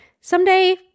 someday